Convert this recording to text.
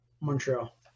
Montreal